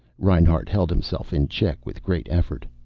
reinhart held himself in check with great effort.